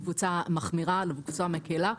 מקבוצה מחמירה לקבוצה מקלה,